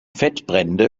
fettbrände